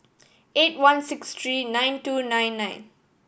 eight one six three nine two nine nine